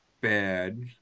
bad